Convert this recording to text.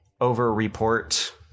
over-report